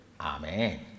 Amen